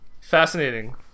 fascinating